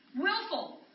willful